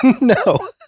No